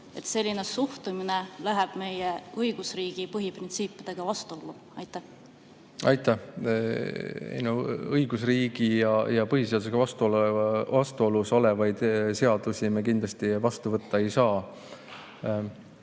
et selline suhtumine läheb meie õigusriigi põhiprintsiipidega vastuollu? Aitäh! No õigusriigi ja põhiseadusega vastuolus olevaid seadusi me kindlasti vastu võtta ei saa.